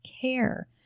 care